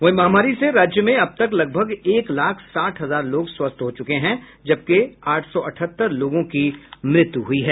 वहीं महामारी से राज्य में अब तक लगभग एक लाख साठ हजार लोग स्वस्थ हो चुके हैं जबकि आठ सौ अठहत्तर लोगों की मृत्यु हुई है